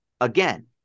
again